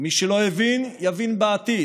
ומי שלא הבין, יבין בעתיד: